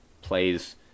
plays